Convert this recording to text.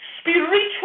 spiritual